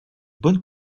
bonne